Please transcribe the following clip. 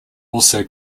also